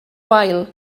wael